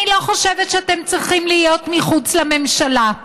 אני לא חושבת שאתם צריכים להיות מחוץ לממשלה.